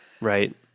Right